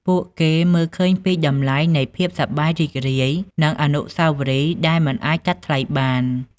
ពួកគេមើលឃើញពីតម្លៃនៃភាពសប្បាយរីករាយ និងអនុស្សាវរីយ៍ដែលមិនអាចកាត់ថ្លៃបាន។